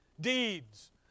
Deeds